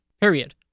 period